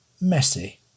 Messy